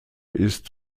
ist